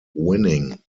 winning